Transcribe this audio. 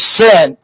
sin